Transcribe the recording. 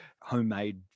homemade